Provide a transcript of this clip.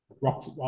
rocks